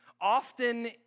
often